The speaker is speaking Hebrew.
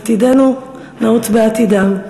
עתידנו נעוץ בעתידם.